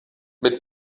mit